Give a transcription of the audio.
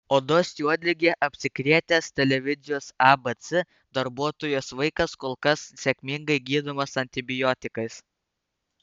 odos juodlige apsikrėtęs televizijos abc darbuotojos vaikas kol kas sėkmingai gydomas antibiotikais